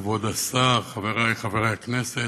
אדוני היושב-ראש, כבוד השר, חברי חברי הכנסת,